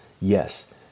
Yes